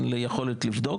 אין לי יכולת לבדוק.